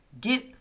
Get